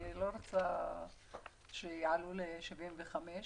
אני לא רוצה שיעלו ל-75%.